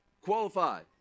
qualified